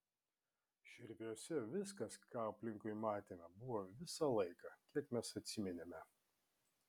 širviuose viskas ką aplinkui matėme buvo visą laiką kiek mes atsiminėme